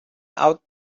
out